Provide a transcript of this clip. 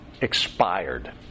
expired